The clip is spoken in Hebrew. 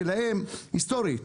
שלהם היסטורית,